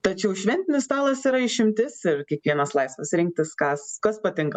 tačiau šventinis stalas yra išimtis ir kiekvienas laisvas rinktis kas kas patinka